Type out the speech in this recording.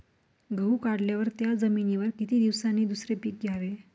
गहू काढल्यावर त्या जमिनीवर किती दिवसांनी दुसरे पीक घ्यावे?